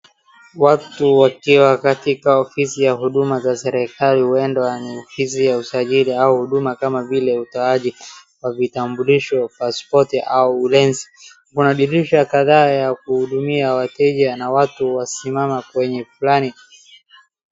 Watu wakiwa katika ofisi ya huduma za serikali huenda ni ofisi ya usajili au huduma kama vile utoaji wa vitambulisho, pasipoti au leseni. Kuna dirisha kadhaa ya kuhudumia wateja na watu wasimama kwenye fulani.